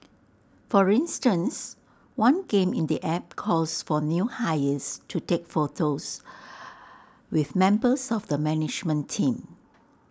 for instance one game in the app calls for new hires to take photos with members of the management team